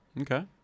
Okay